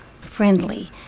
friendly